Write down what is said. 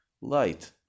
light